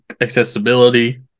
accessibility